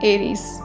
Aries